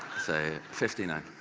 so, fifty nine.